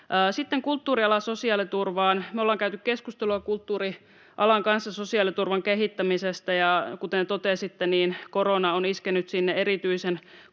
Sitten kulttuurialan sosiaaliturvaan: Me ollaan käyty keskustelua kulttuurialan kanssa sosiaaliturvan kehittämisestä, ja kuten totesitte, niin korona on iskenyt sinne erityisen